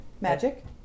magic